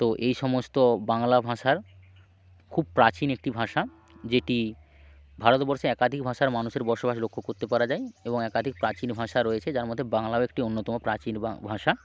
তো এই সমস্ত বাংলা ভাষার খুব প্রাচীন একটি ভাষা যেটি ভারতবর্ষে একাধিক ভাষার মানুষের বসবাস লক্ষ্য করতে পারা যায় এবং একাধিক প্রাচীন ভাষা রয়েছে যার মধ্যে বাংলাও একটি অন্যতম প্রাচীন বা ভাষা